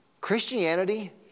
Christianity